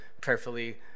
prayerfully